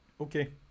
Okay